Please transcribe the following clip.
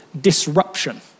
disruption